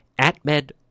AtMed